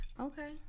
Okay